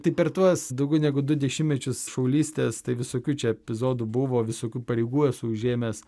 tai per tuos daugiau negu du dešimtmečius šaulys tės tai visokių čia epizodų buvo visokių pareigų esu užėmęs